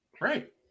Right